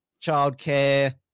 childcare